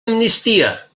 amnistia